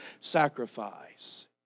sacrifice